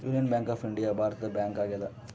union Bank of India ಭಾರತದ bank ಆಗ್ಯಾದ